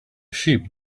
sheep